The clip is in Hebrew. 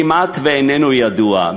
כמעט שאיננו ידוע.